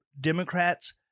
Democrats